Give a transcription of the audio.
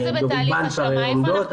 ברובן הן כבר עומדות,